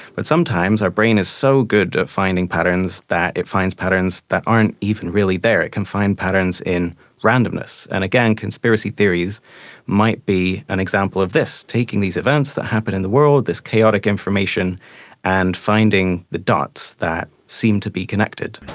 but sometimes our brain is so good at finding patterns that it finds patterns that aren't even really there. it can find patterns in randomness. and again, conspiracy theories might be an example of this, taking these events that happen in the world, this chaotic information and finding the dots that seem to be connected.